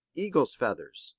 eagles' feathers,